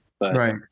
Right